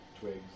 twigs